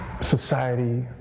society